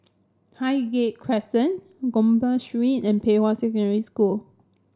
Highgate Crescent Gopeng Street and Pei Hwa Secondary School